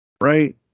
Right